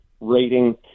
rating